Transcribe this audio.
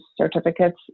certificates